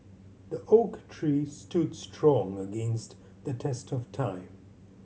the oak tree stood strong against the test of time